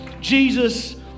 Jesus